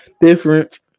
different